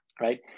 right